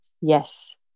Yes